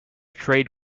trade